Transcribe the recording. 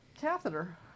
catheter